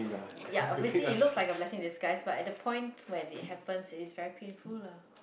yup obviously it looks like a blessing this guy but at the point where it happens is very painful lah